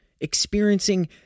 experiencing